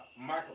Michael